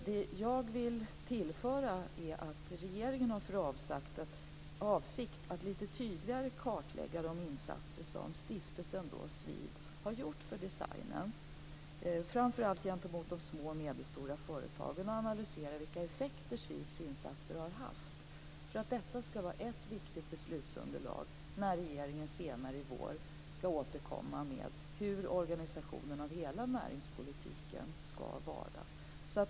Det som jag vill tillföra är att regeringen har för avsikt att lite tydligare kartlägga de insatser som stiftelsen, SVID, har gjort för designen, framför allt gentemot de små och medelstora företagen och analysera vilka effekter SVID:s insatser har haft för att detta ska vara ett viktigt beslutsunderlag när regeringen senare i vår ska återkomma med hur organisationen av hela näringspolitiken ska vara.